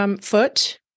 foot